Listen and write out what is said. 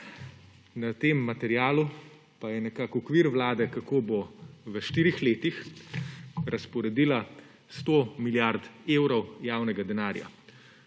na tem materialu pa je okvir Vlade, kako bo v štirih letih razporedila 100 milijard evrov javnega denarja.